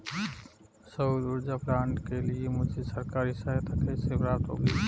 सौर ऊर्जा प्लांट के लिए मुझे सरकारी सहायता कैसे प्राप्त होगी?